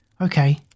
Okay